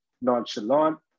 nonchalant